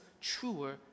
truer